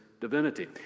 divinity